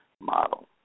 model